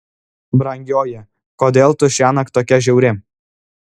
brangioji kodėl tu šiąnakt tokia žiauri